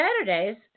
Saturdays